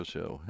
Show